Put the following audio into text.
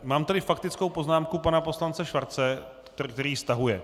Mám tady faktickou poznámku pana poslance Schwarze, který ji stahuje.